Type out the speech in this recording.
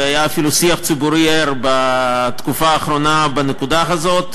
והיה אפילו שיח ציבורי ער בנקודה הזאת,